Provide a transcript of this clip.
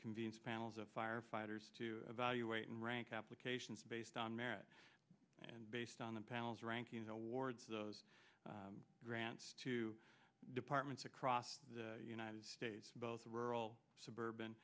convenes panels of firefighters to evaluate and rank applications based on merit and based on the panel's ranking towards those grants to departments across the united states both rural suburban